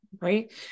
right